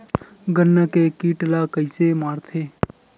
गन्ना के कीट ला कइसे मारथे?